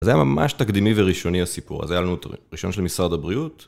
זה היה ממש תקדימי וראשוני הסיפור, אז היה לנו את הרשיון של משרד הבריאות.